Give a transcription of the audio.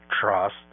trust